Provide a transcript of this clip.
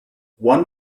one